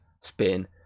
spin